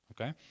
Okay